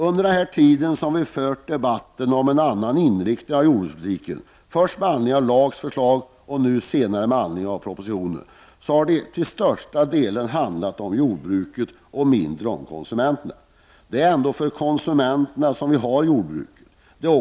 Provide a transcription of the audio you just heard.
Under den tid som vi har fört debatten om en annan inriktning av jordbrukspolitiken, först med anledning av LAGSs förslag och nu senare med anledning av propositionen, har den handlat till största delen om jordbruket och mindre om konsumenterna. Det är ändå för konsumenterna som jordbruket finns.